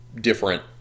different